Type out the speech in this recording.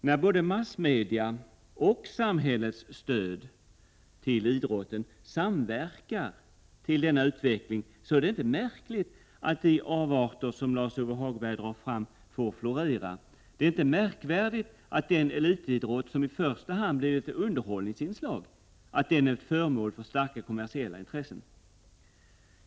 När både massmedia och samhällets stöd till idrotten samverkar till denna utveckling, är det inte märkligt om de avarter som Lars-Ove Hagberg drar fram får florera. Det är inte märkvärdigt att den elitidrott som i första hand blivit ett underhållningsinslag är föremål för starka kommersiella intressen.